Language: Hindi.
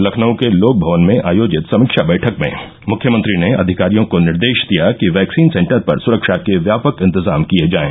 लखनऊ के लोकभवन में आयोजित समीक्षा बैठक में मुख्यमंत्री ने अधिकारियों को निर्देश दिया कि वैक्सीन सेंटर पर सुरक्षा के व्यापक इंतजाम किये जायं